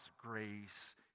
grace